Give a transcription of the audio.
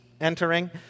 entering